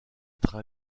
être